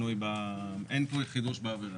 אין פה חידוש בעבירה.